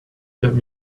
get